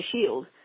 shield